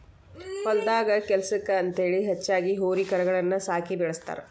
ಹೊಲದಾಗ ಕೆಲ್ಸಕ್ಕ ಅಂತೇಳಿ ಹೆಚ್ಚಾಗಿ ಹೋರಿ ಕರಗಳನ್ನ ಸಾಕಿ ಬೆಳಸ್ತಾರ